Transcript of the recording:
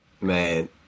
Man